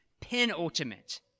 penultimate